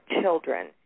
children